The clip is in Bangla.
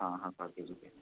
হাঁ হাঁ পার কেজিতে